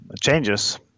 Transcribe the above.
changes